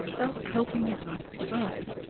thus helping the animal survive.